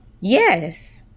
Yes